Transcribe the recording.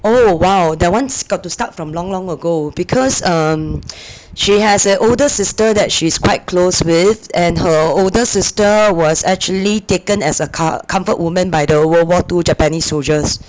oh !wow! that one's got to start from long long ago because um she has an older sister that she's quite close with and her older sister was actually taken as a com~ comfort women by the world war two japanese soldiers